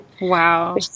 Wow